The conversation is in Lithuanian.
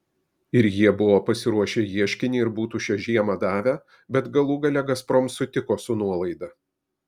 ir jie buvo pasiruošę ieškinį ir būtų šią žiemą davę bet galų gale gazprom sutiko su nuolaida